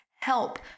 help